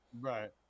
Right